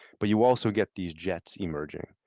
but you also get these jets emerging.